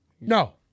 No